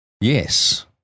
Yes